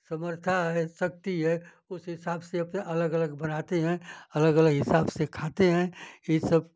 समर्था है शक्ति है उस हिसाब से अपना अलग अलग बनाते हैं अलग अलग हिसाब से खाते हैं ये सब